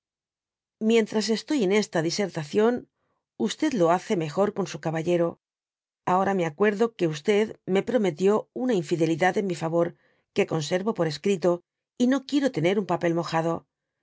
mientras estoy en esta disertación lo hace mejor con su caballero ahora me'lrcuenlo que me prometió una infidelidad en mi aitor que conenrojwr escrito y no quiero tener un papel mojado